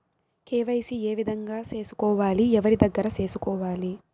KYC ఏ విధంగా సేసుకోవాలి? ఎవరి దగ్గర సేసుకోవాలి?